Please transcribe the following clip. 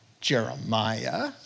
Jeremiah